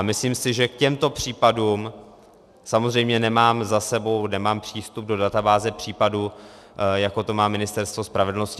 Myslím si, že k těmto případům, samozřejmě nemám přístup do databáze případů, jako to má Ministerstvo spravedlnosti.